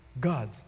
god